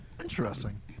Interesting